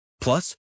Plus